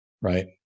right